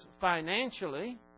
financially